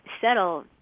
settle